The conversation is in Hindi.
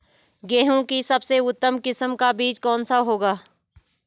गेहूँ की सबसे उत्तम किस्म का बीज कौन सा होगा?